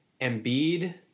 Embiid